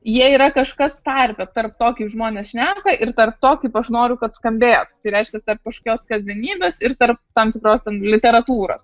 jie yra kažkas tarpe tarp to kaip žmonės šneka ir tarp to kaip aš noriu kad skambėtų tai reiškias tarp kažkokios kasdienybės ir tarp tam tikros ten literatūros